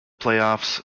playoffs